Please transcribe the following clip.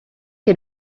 que